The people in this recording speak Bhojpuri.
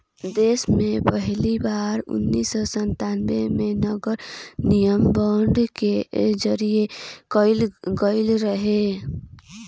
देस में पहिली बार उन्नीस सौ संतान्बे में नगरनिगम बांड के जारी कईल गईल रहे